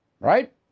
Right